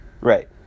Right